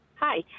Hi